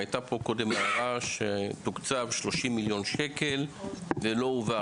הייתה פה קודם הערה שתוקצבו 30 מיליון שקלים שלא הועברו,